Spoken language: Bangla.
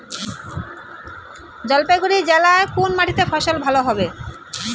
জলপাইগুড়ি জেলায় কোন মাটিতে ফসল ভালো হবে?